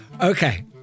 okay